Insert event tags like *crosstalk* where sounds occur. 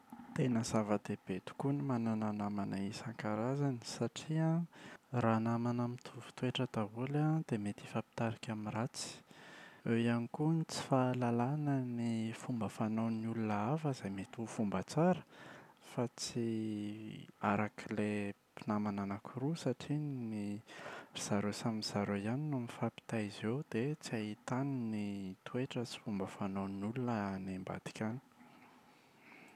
Tena zava-dehibe tokoa ny manana namana isan-karazany satria an raha namana mitovy toetra daholo an dia mety hifampitarika amin’ny ratsy. Eo ihany koa ny tsy fahalalana ny fomba fanaon’ny olona hafa izay mety ho fomba tsara, fa tsy *hesitation* arak’ilay mpinamana anakiroa satria ny- ry zareo samy zareo ihany no mifampitaiza eo dia tsy ahitan’ny toetra sy fomba fanaon’ny olona any ambadika any.